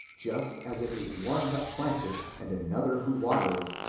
just as it is one that planteth, and another who watereth,